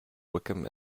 wickham